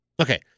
Okay